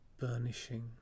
burnishing